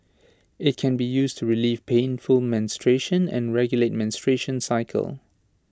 IT can be used to relieve painful menstruation and regulate menstruation cycle